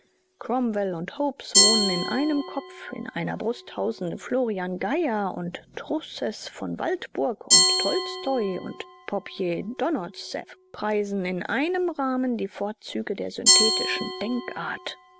cromwell und hobbes wohnen in einem kopf in einer brust hausen florian geyer und truchsess von waldburg und tolstoi und pobjedonoszew preisen in einem rahmen die vorzüge der synthetischen denkart